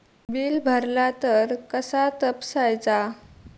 Bill भरला तर कसा तपसायचा?